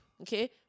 okay